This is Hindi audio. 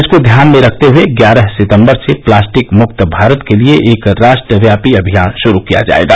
इसको ध्यान में रखते हुए ग्यारह सितम्बर से प्लास्टिक मुक्त भारत के लिए एक राष्ट्रव्यापी अभियान शुरू किया जाएगा